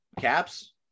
Caps